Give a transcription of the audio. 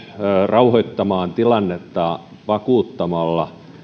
rauhoittamaan tilannetta vakuuttamalla